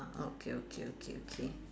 okay okay okay okay